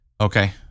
Okay